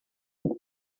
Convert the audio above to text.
were